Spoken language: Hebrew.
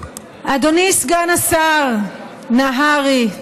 אדוני סגן השר נהרי,